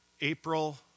April